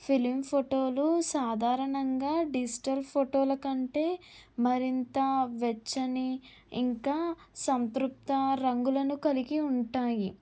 film ఫోటోలు సాధారణంగా digital ఫోటోల కంటే మరింత వెచ్చని ఇంకా సంతృప్త రంగులను కలిగి ఉంటాయి